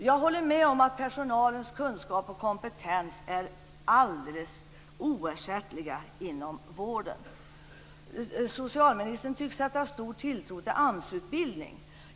Jag håller med om att personalens kunskap och kompetens är något alldeles oersättligt inom vården. Socialministern tycks sätta stor tilltro till AMS utbildning.